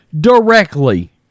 directly